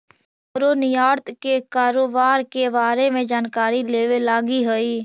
हमरो निर्यात के कारोबार के बारे में जानकारी लेबे लागी हई